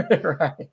Right